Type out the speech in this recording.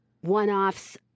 one-offs